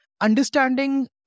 understanding